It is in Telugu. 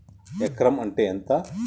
ఎకరం అంటే ఎంత?